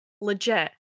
Legit